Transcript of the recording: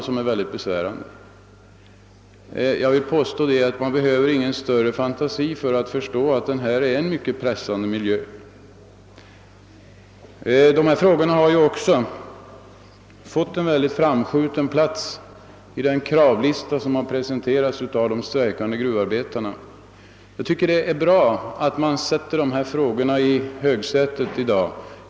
Jag vill påstå att man inte behöver någon större fantasi för att förstå att denna miljö är synnerligen pressande. Dessa frågor har också fått en framskjuten plats i den kravlista som har presenterats av de strejkande gruvarbetarna. Jag tycker det är bra att de här frågorna tas upp och sätts i högsätet i dag.